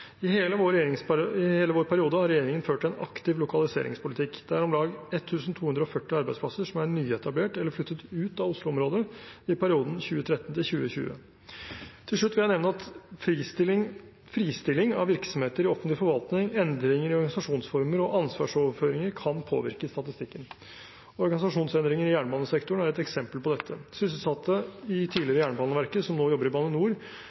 hele vår periode har regjeringen ført en aktiv lokaliseringspolitikk. Det er om lag 1 240 arbeidsplasser som er nyetablert eller flyttet ut av Oslo-området i perioden 2013–2020. Til slutt vil jeg nevne at fristilling av virksomheter i offentlig forvaltning, endringer i organisasjonsformer og ansvarsoverføringer kan påvirke statistikken. Organisasjonsendringer i jernbanesektoren er et eksempel på dette. Sysselsatte i tidligere Jernbaneverket, som nå jobber i Bane NOR,